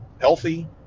healthy